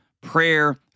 prayer